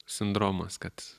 sindromas kad